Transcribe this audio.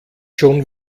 schon